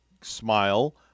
Smile